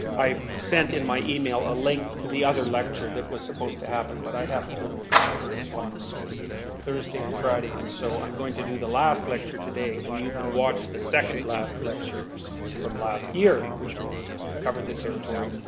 i sent in my email a link to the other lecture that was supposed to happen, but i have to go to a conference on thursday and friday and so i'm going to do the last lecture today, and you can watch the second-last lecture from last year, which will cover the territory,